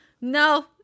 No